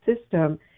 system